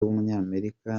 w’umunyamerika